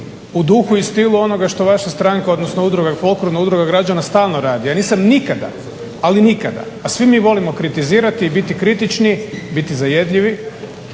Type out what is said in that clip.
U duhu i stilu onoga što vaša stranka odnosno udruga Forum, udruga građana stalno radi. Ja nisam nikada ali nikada, a svi mi volimo kritizirati i biti kritični, biti zajedljivi,